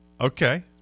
Okay